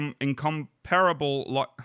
incomparable